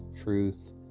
truth